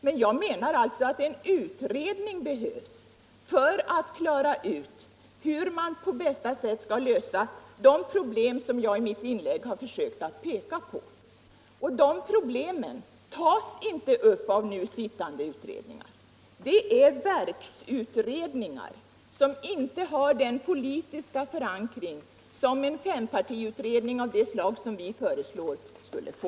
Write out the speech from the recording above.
Men jag menar alltså att det behövs en utredning för att klara ut hur man på bästa sätt skall lösa de problem som jag i mitt inlägg försökt visa på. Dessa problem tas inte upp av nu sittande utredningar. De är verksut redningar som inte har den politiska förankring som en fempartiutred ning av det slag vi föreslår skulle få.